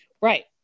Right